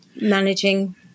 managing